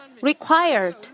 required